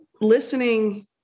listening